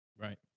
right